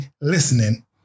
listening